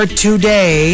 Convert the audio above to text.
today